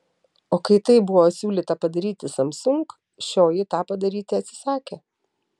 o kai tai buvo siūlyta padaryti samsung šioji tą padaryti atsisakė